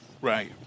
Right